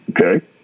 Okay